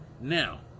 now